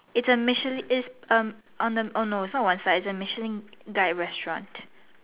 it's a Michelin its um oh no oh no it's not one star it's a Michelin guide restaurant